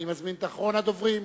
אני מזמין את אחרון הדוברים,